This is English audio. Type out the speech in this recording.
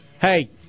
Hey